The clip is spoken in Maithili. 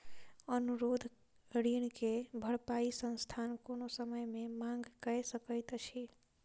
अनुरोध ऋण के भरपाई संस्थान कोनो समय मे मांग कय सकैत अछि